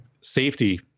safety